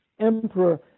emperor